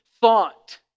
thought